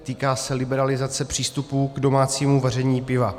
Týká se liberalizace přístupu k domácímu vaření piva.